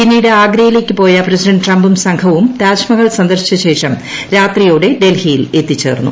പിന്നീട് ആഗ്രയിലേക്ക് പോയ പ്രസിഡന്റ് ട്രംപും സംഘവും താജ്മഹൽ സന്ദർശിച്ച ശേഷം രാത്രിയോടെ ഡൽഹിയിൽ എത്തിച്ചേർന്നു